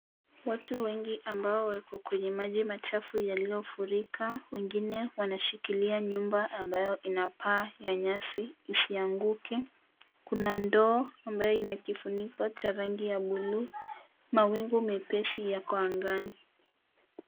Watu wengi ambao waliko kwenye maji machafu yaliyofurika. Wengine wanashikilia nyumba ambayo inapaa ya nyasi isianguke. Kuna ndoa ambayo ina kifuniko cha rangi ya bluu. Mawingu mepesi yako angani.